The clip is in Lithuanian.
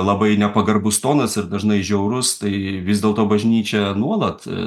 labai nepagarbus tonas ir dažnai žiaurus tai vis dėlto bažnyčia nuolat